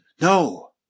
No